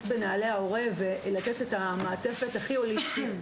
בנעלי ההורה ולתת את המעטפת הכי הוליסטית,